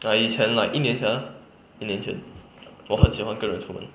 ah 以前 ah 一年前 ah 一年前我很喜欢跟人出门